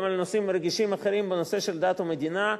גם על נושאים רגישים אחרים בנושא של דת ומדינה.